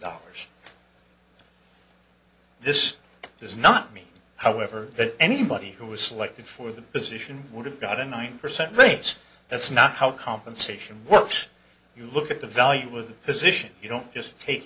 dollars this does not mean however that anybody who was selected for the position would have got a nine percent raise that's not how compensation works you look at the value of the position you don't just take